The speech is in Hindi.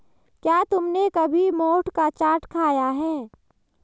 क्या तुमने कभी मोठ का चाट खाया है?